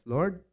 Lord